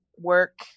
work